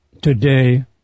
today